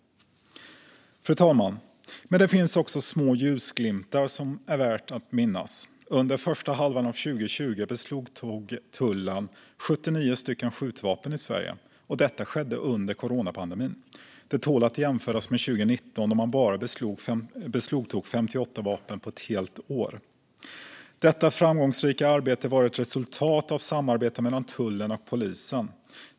Fru talman! Det finns dock också små ljusglimtar som är värda att nämna. Under första halvan av 2020 beslagtog tullen 79 skjutvapen i Sverige - och detta skedde under coronapandemin. Det tål att jämföras med 2019, då man bara beslagtog 58 vapen på ett helt år. Detta framgångsrika arbete var ett resultat av samarbete mellan tullen och polisen.